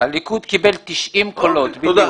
הליכוד קיבל 90 קולות בדיוק.